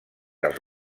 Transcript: als